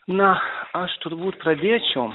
na aš turbūt pradėčiau